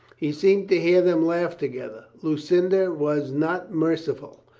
he seemed to hear them laugh together. lucinda was not merciful.